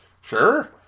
sure